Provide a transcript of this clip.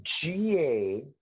GA